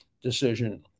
decision